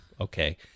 Okay